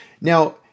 Now